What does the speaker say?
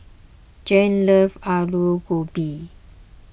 Jann loves Alu Gobi